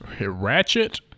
ratchet